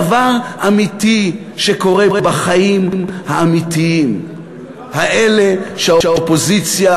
דבר אמיתי שקורה בחיים האמיתיים האלה שהאופוזיציה,